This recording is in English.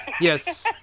Yes